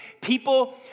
People